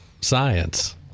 science